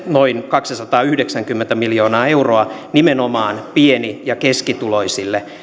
noin kaksisataayhdeksänkymmentä miljoonaa euroa nimenomaan pieni ja keskituloisille